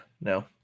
no